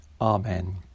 Amen